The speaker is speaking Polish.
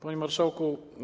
Panie Marszałku!